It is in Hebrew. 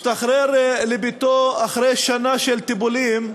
אחרי שנה של טיפולים,